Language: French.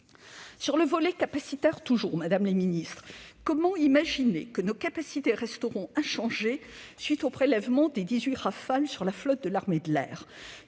Sur le volet capacitaire toujours, comment imaginer que nos capacités resteront inchangées à la suite du prélèvement des 18 avions Rafale sur la flotte de l'armée de l'air ?